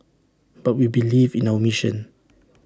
but we believe in our mission